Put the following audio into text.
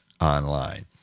online